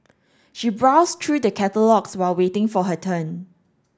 she browsed through the catalogues while waiting for her turn